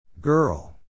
Girl